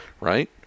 Right